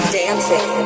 dancing